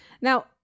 Now